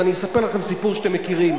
אז אספר לכם סיפור שאתם מכירים.